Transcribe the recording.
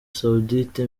saoudite